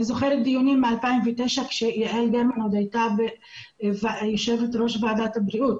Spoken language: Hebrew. אני זוכרת דיונים מ-2009 כשיעל גרמן עוד הייתה יו"ר ועדת הבריאות,